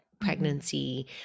pregnancy